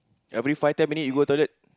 every five ten minutes you go toilet